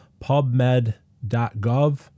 pubmed.gov